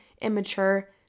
immature